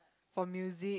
for music